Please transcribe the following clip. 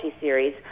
Series